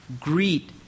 greet